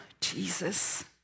Jesus